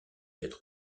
être